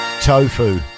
Tofu